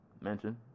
mention